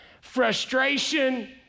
frustration